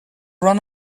run